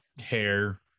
hair